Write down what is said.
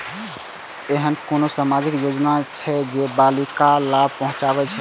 ऐहन कुनु सामाजिक योजना छे जे बालिका के लाभ पहुँचाबे छे?